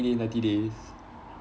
day ninety days